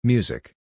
Music